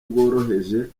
bworoheje